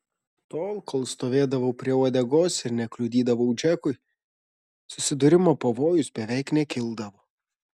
tol kol stovėdavau prie uodegos ir nekliudydavau džekui susidūrimo pavojus beveik nekildavo